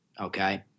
Okay